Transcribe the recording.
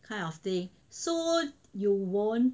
kind of thing so you won't